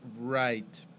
right